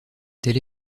telle